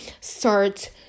start